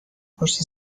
پشت